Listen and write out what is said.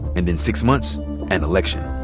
and in six months an election.